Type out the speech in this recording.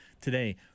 today